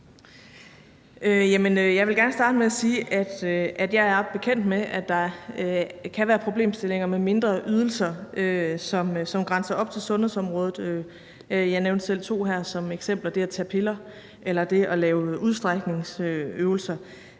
Jeg vil gerne starte med at sige, at jeg er bekendt med, at der kan være problemstillinger med mindre ydelser, som grænser op til sundhedsområdet. Jeg nævnte her selv to som eksempler – det at tage piller eller det at lave udstrækningsøvelser